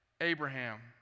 Abraham